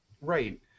Right